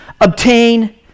obtain